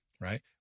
Right